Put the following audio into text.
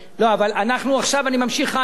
עכשיו אני ממשיך הלאה.